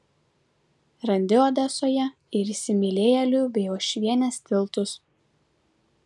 randi odesoje ir įsimylėjėlių bei uošvienės tiltus